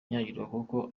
kuko